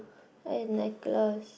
and necklace